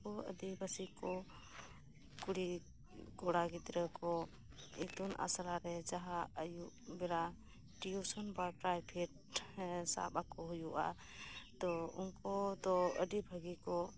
ᱟᱵᱚ ᱟᱹᱫᱤ ᱵᱟᱹᱥᱤ ᱠᱚ ᱠᱤᱲᱤ ᱠᱚᱲᱟ ᱜᱤᱫᱽᱨᱟᱹ ᱠᱚ ᱤᱛᱩᱱ ᱟᱥᱲᱟ ᱨᱮ ᱡᱟᱸᱦᱟ ᱟᱹᱭᱩᱵ ᱵᱮᱲᱟ ᱴᱤᱭᱩᱥᱚᱱ ᱯᱮᱨᱟᱭᱵᱷᱮᱴ ᱥᱟᱵ ᱟᱠᱩ ᱦᱩᱭᱩᱜᱼᱟ ᱛᱳ ᱩᱱᱠᱩ ᱫᱚ ᱟᱹᱰᱤ ᱵᱷᱟᱹᱜᱤ ᱠᱚ